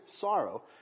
sorrow